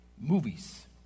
movies